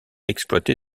exploité